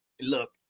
look